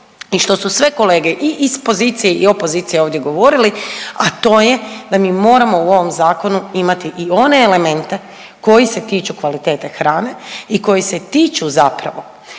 i što su sve kolege i iz pozicije i opozicije ovdje govorili, a to je da mi moramo u ovom zakonu imati i one elemente koji se tiču kvalitete hrane i koji se tiču zapravo